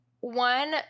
one